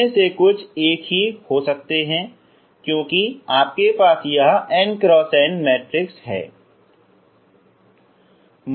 उनमें से कुछ एक ही हो सकता है क्योंकि आपके पास यह n x n मैट्रिक्स होगा